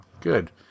good